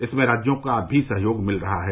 इसमें राज्यों का भी सहयोग मिल रहा है